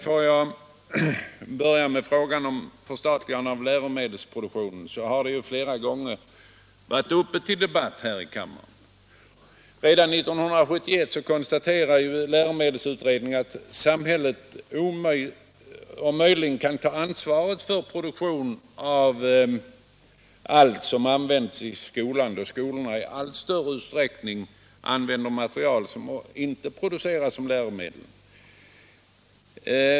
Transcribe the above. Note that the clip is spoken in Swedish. Frågan om förstatligande av läromedelsproduktionen har varit uppe till debatt flera gånger här i kammaren. Redan 1971 konstaterade läromedelsutredningen att samhället omöjligen kan ta ansvaret för produktion av allt som används i skolan, då skolorna i allt större utsträckning använder material som inte produceras som läromedel.